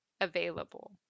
available